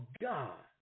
God